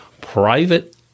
private